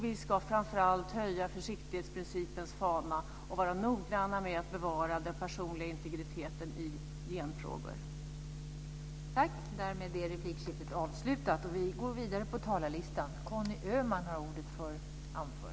Vi ska framför allt höja försiktighetsprincipens fana och vara noga med att bevara den personliga integriteten i genfrågor.